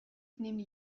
nehmen